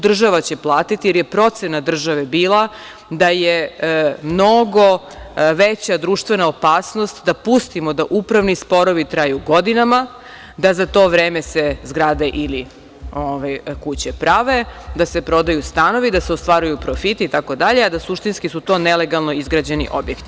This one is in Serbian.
Država će platiti, jer je procena države bila da je mnogo veća društvena opasnost da pustimo da upravni sporovi traju godinama, da se za to vreme zgrade ili kuće prave, da se prodaju stanovi, da se ostvaruju profiti itd, a da suštinski su to nelegalno izgrađeni objekti.